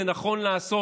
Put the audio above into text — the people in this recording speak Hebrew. זה נכון לעשות.